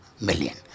million